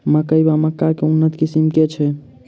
मकई वा मक्का केँ उन्नत किसिम केँ छैय?